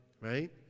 right